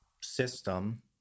system